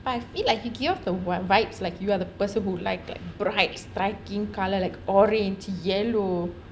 but I feel like you have the vibes like you are the person who like that bright striking colour like orange yellow